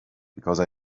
because